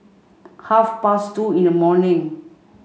half past two in the morning